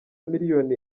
miliyoni